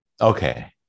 okay